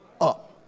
up